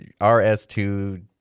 RS2